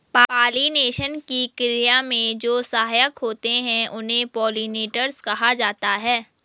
pollination की क्रिया में जो सहायक होते हैं उन्हें पोलिनेटर्स कहा जाता है